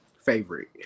Favorite